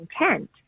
intent